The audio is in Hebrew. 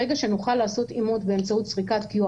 ברגע שנוכל לעשות אימות באמצעות סריקת QR